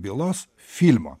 bylos filmo